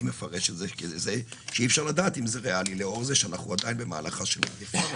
מענקים סוציאליים לעצמאיים והקלות במשיכה תקציבית,